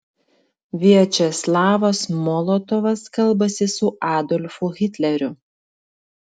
viačeslavas molotovas kalbasi su adolfu hitleriu